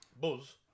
Buzz